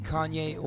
，Kanye